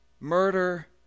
murder